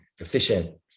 efficient